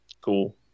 cool